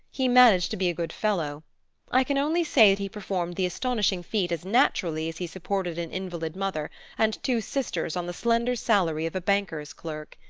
he managed to be a good fellow i can only say that he performed the astonishing feat as naturally as he supported an invalid mother and two sisters on the slender salary of a banker's clerk.